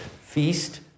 feast